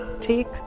take